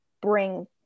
bring